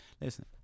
listen